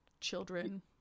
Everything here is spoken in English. children